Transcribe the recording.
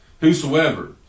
Whosoever